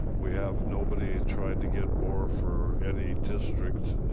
we have nobody tried to get more for any district,